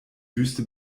wüste